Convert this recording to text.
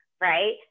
Right